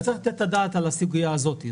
צריך לתת את הדעת על הסוגיה הזאת.